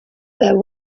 their